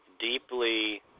Deeply